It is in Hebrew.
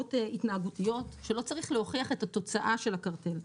בעבירות התנהגותיות שלא צריך להוכיח את התוצאה של הקרטל.